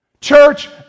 Church